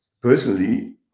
Personally